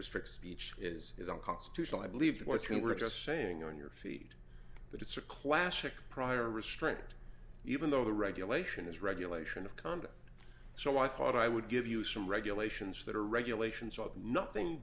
regular strict speech is unconstitutional i believe what you were just saying on your feet but it's a classic prior restraint even though the regulation is regulation of conduct so i thought i would give you some regulations that are regulations are nothing